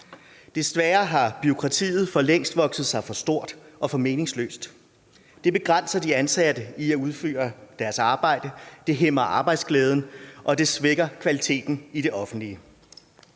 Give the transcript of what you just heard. Desværre har bureaukratiet for længst vokset sig for stort og for meningsløst. Det begrænser de ansatte i at udføre deres arbejde, det hæmmer arbejdsglæden, og det svækker kvaliteten i det offentlige.